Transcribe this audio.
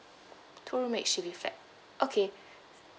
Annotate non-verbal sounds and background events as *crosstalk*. two room H_D_B flat okay *breath*